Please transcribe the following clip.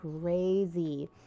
crazy